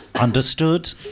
Understood